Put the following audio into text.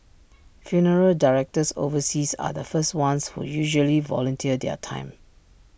funeral directors overseas are the first ones who usually volunteer their time